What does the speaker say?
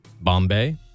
Bombay